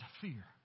fear